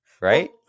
right